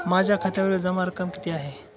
माझ्या खात्यावरील जमा रक्कम किती आहे?